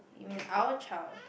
you mean our child